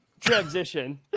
Transition